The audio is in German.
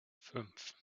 fünf